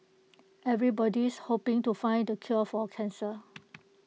everybody's hoping to find the cure for cancer